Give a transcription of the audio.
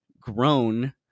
grown